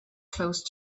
close